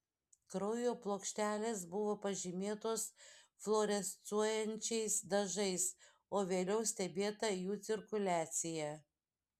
kraujo plokštelės buvo pažymėtos fluorescuojančiais dažais o vėliau stebėta jų cirkuliacija